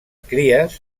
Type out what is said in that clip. cries